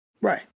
Right